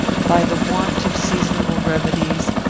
by the want of seasonable remedies,